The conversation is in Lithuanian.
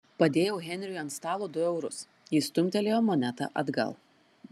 padėjau henriui ant stalo du eurus jis stumtelėjo monetą atgal